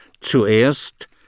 zuerst